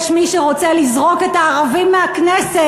יש מי שרוצה לזרוק את הערבים מהכנסת,